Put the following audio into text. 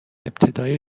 ابتدای